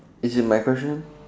is it my question